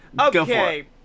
Okay